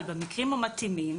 אבל במקרים המתאימים,